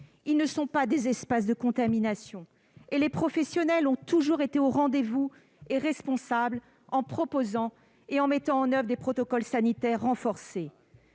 Ils ne sont pas des espaces de contamination et les professionnels ont toujours été au rendez-vous, responsables : ils ont proposé et mis en oeuvre des protocoles sanitaires renforcés.